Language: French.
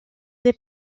des